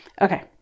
Okay